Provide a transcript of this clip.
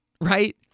right